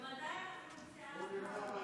ממתי אנחנו בסיעה אחת?